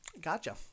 Gotcha